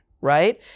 Right